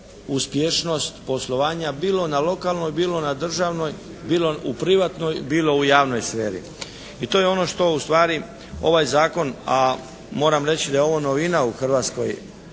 uspješnost poslovanja bilo na lokalnoj, bilo na državnoj, bilo u privatnoj, bilo u javnoj sferi. I to je ono što ustvari ovaj zakon, a moram reći da je ovo novina u Hrvatskoj,